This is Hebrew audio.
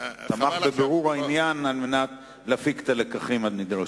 כבוד השר תמך בבירור העניין כדי להפיק את הלקחים הנדרשים.